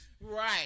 Right